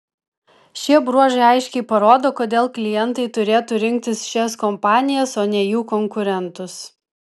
šie bruožai aiškiai parodo kodėl klientai turėtų rinktis šias kompanijas o ne jų konkurentus